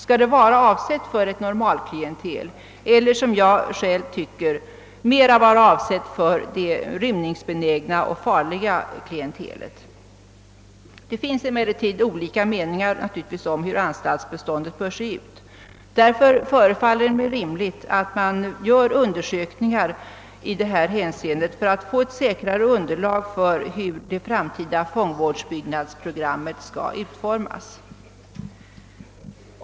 Skall den vara avsedd för ett normalklientel eller — vilket jag tycker — för det rymningsbenägna och farliga klientelet? Det råder emellertid olika meningar om hur anstaltsbeståndet bör se ut. Det förefaller därför rimligt att man gör undersökningar i det hänseendet för att få ett säkrare underlag för hur det framtida fångvårdsbyggnadsprogrammet skall utformas.